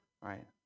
right